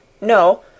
No